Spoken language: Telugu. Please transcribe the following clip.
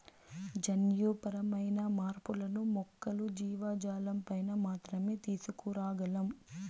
జన్యుపరమైన మార్పులను మొక్కలు, జీవజాలంపైన మాత్రమే తీసుకురాగలం